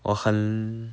我很